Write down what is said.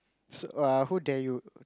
so err who dare you